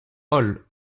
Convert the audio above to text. holl